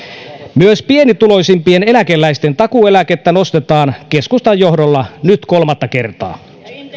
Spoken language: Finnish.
myös pienituloisimpien eläkeläisten takuueläkettä nostetaan keskustan johdolla nyt kolmatta kertaa